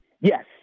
Yes